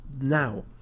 now